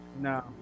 No